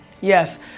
Yes